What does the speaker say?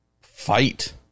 Fight